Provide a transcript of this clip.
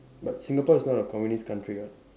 but Singapore is not a communist country what